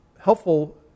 helpful